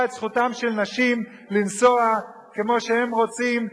את זכותן של נשים לנסוע כמו שהן רוצות,